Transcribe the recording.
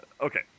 okay